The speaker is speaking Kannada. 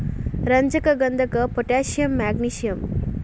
ರಂಜಕ ಗಂಧಕ ಪೊಟ್ಯಾಷಿಯಂ ಮ್ಯಾಗ್ನಿಸಿಯಂ